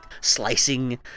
slicing